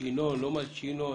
מלשינון/לא מלשינון.